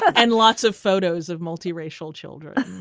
and lots of photos of multiracial children